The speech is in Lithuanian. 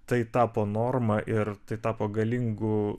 tai tapo norma ir tai tapo galingu